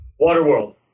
Waterworld